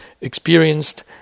experienced